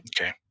Okay